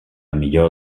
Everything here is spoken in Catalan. millor